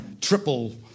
triple